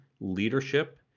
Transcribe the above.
leadership